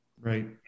Right